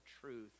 truth